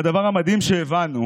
והדבר המדהים שהבנו,